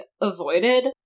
avoided